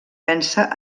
pensa